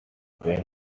when